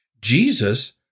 Jesus